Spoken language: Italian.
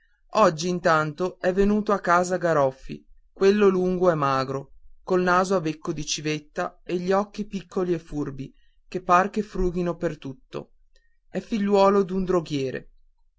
oggi intanto è venuto a casa garoffi quello lungo e magro col naso a becco di civetta e gli occhi piccoli e furbi che par che frughino per tutto è figliuolo d'un droghiere